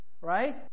Right